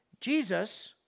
Jesus